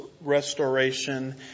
restoration